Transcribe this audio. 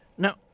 Now